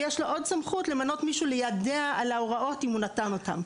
ויש לו עוד סמכות למנות מישהו ליידע על ההוראות אם הוא נתן אותן.